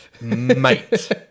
Mate